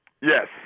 Yes